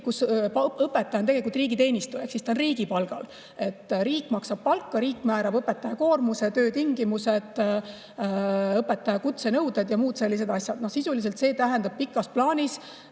puhul õpetaja on tegelikult riigiteenistuja ehk ta on riigi palgal. Riik maksab palka, riik määrab õpetaja koormuse ja töötingimused, õpetaja kutsenõuded ja muud sellised asjad. Sisuliselt see tähendab pikas plaanis